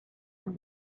and